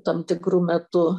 tam tikru metu